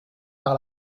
par